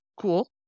Cool